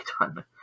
done